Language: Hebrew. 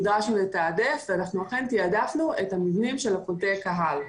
נדרשנו לתעדף ואכן תעדפנו את המבנים שהם קולטי קהל.